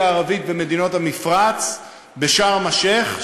הערבית ומדינות המפרץ בשארם-א-שיח',